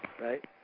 Right